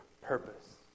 purpose